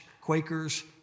Quakers